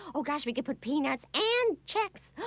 oh gosh, we could put peanuts and chex.